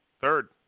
third